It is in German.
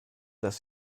dass